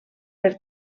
per